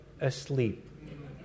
asleep